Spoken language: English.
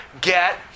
get